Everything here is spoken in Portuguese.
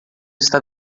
está